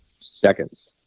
seconds